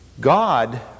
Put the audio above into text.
God